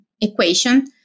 equation